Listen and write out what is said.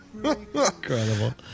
Incredible